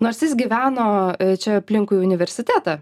nors jis gyveno čia aplinkui universitetą